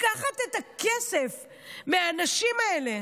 לקחת את הכסף מהנשים האלה.